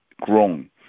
grown